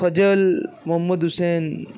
Fazal Mohammad Hussain